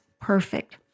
perfect